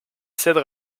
cède